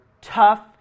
tough